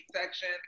section